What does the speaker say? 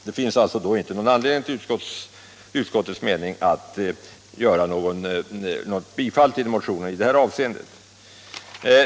Det finns alltså inte någon anledning, menar utskottet, att tillstyrka bifall till motionen i det här avseendet.